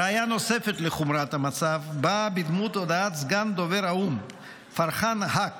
ראיה נוספת לחומרת המצב באה בדמות הודעת סגן דובר האו"ם פרחאן האק